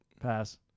Pass